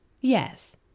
Yes